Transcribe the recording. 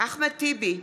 אחמד טיבי,